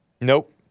Nope